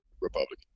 Republican